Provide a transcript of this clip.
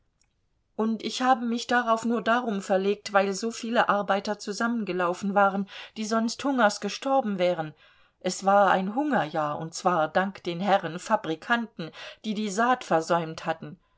und ich habe mich darauf nur darum verlegt weil so viele arbeiter zusammengelaufen waren die sonst hungers gestorben wären es war ein hungerjahr und zwar dank den herren fabrikanten die die saat versäumt hatten